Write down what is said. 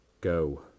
Go